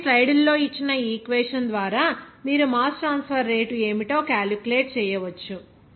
కాబట్టి స్లైడ్లో ఇచ్చిన ఈ ఈక్వేషన్ ద్వారా మీరు మాస్ ట్రాన్స్ఫర్ రేటు ఏమిటో క్యాలిక్యులేట్ చేయవచ్చు